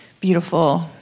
beautiful